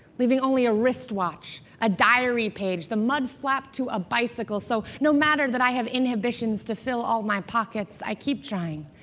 leaving only a wristwatch, a diary page, the mud flap to a bicycle, so no matter that i have inhibitions to fill all my pockets. i keep trying,